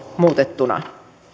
muutettuna